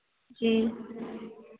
जी